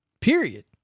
Period